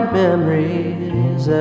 memories